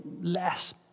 less